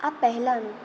આ પહેલાંનું